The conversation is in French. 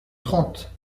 trente